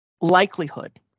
likelihood